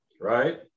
right